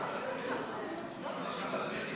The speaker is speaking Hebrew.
הוא לא יכול לדבר ככה.